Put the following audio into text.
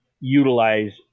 utilize